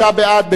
25 בעד,